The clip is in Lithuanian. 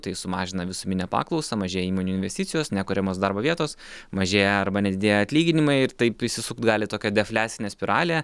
tai sumažina visuminę paklausą mažėja įmonių investicijos nekuriamos darbo vietos mažėja arba nedidėja atlyginimai ir taip įsisukt gali tokia defliacinė spiralė